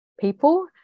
people